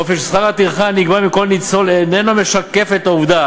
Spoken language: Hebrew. באופן ששכר הטרחה הנגבה מכל ניצול איננו משקף את העובדה